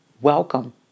Welcome